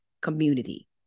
community